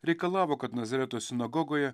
reikalavo kad nazareto sinagogoje